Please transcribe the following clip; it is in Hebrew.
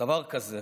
דבר כזה,